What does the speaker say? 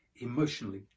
emotionally